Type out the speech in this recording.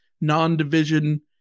non-division –